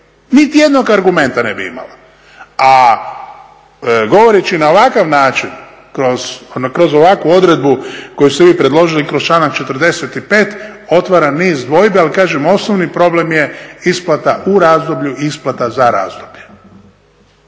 niti jednog argumenta ne bi imala. A govoreći na ovakav način kroz ovakvu odredbu koju ste vi predložili i kroz članak 45. otvara niz dvojbi. Ali kažem, osnovni problem je isplata u razdoblju i isplata za razdoblje.